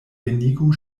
venigu